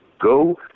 go